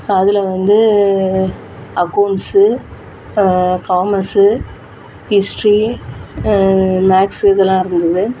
அதில் வந்து accounts commerce history maths இதுலாம் இருந்தது